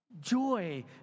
Joy